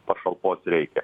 pašalpos reikia